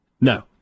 No